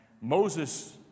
Moses